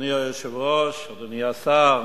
אדוני היושב-ראש, אדוני השר,